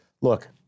Look